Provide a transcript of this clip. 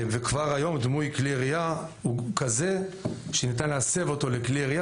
כבר היום דמוי כלי ירייה הוא כזה שניתן להסב אותו לכלי ירייה